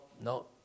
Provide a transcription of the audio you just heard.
no